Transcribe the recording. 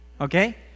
okay